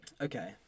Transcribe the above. Okay